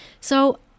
So-